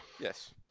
Yes